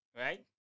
Right